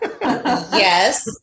Yes